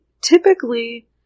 typically